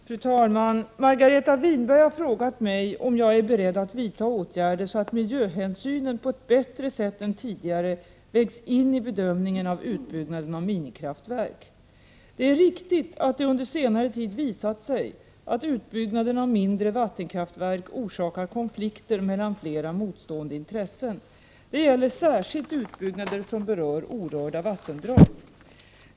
Fru talman! Margareta Winberg har frågat mig om jag är beredd att vidta åtgärder så att miljöhänsynen på ett bättre sätt än tidigare vägs in i bedömningen av utbyggnaden av minikraftverk. Det är riktigt att det under senare tid visat sig att utbyggnaden av mindre vattenkraftverk orsakar konflikter mellan flera motstående intressen. Det gäller särskilt utbyggnader som berör orörda vattendrag.